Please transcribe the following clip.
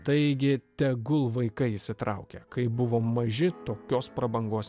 taigi tegul vaikai įsitraukia kai buvom maži tokios prabangos